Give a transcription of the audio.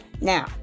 Now